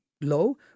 low